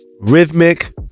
Rhythmic